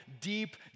deep